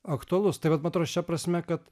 aktualus tai vat man atroso šia prasme kad